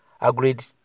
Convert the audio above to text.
agreed